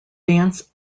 dance